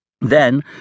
Then